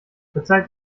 verzeiht